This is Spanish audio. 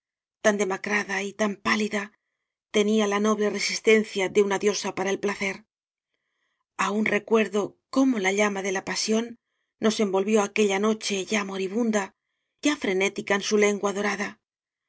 tan demacrada y tan pálida tenía la noble resistencia de una diosa para el placer aun recuerdo como la llama de la pasión nos envolvió aquella no che ya moribunda ya frenética en su lengua dorada